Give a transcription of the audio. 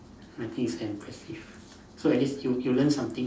I think it's impressive so at least you you learn something lor